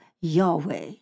Yahweh